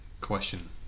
question